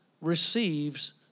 receives